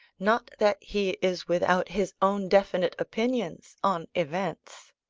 not that he is without his own definite opinions on events.